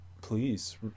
Please